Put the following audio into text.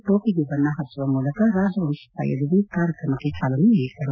ಟೋಪಿಗೆ ಬಣ್ಣ ಪಚ್ಚುವ ಮೂಲಕ ರಾಜವಂತಸ್ಥ ಯದುವೀರ್ ಕಾರ್ಯಕ್ರಮಕ್ಕೆ ಚಾಲನೆ ನೀಡಿದರು